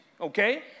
okay